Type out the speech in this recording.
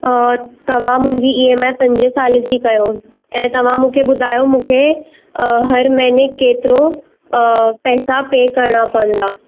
तव्हां मुंहिंजी ईएमआई पंज साल जी कयो ऐं तव्हां मूंखे ॿुधायो मूंखे हर महीने केतिरो पैसा पे करणा पवंदा